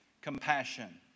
compassion